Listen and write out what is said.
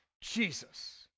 Jesus